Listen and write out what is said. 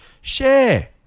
share